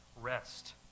rest